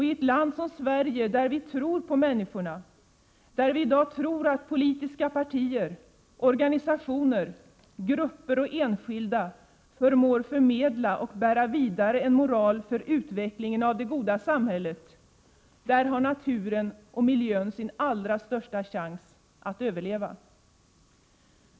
I ett land som Sverige, där vi tror på människorna, där vi i dag tror att politiska partier, organisationer, grupper och enskilda förmår förmedla och bära vidare en moral för utveckling av det goda samhället, har naturen och miljön sin allra största chans att överleva.